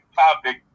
topic